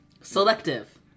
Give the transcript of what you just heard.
Selective